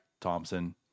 Thompson